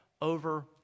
over